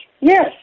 Yes